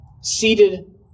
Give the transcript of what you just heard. seated